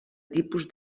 tipus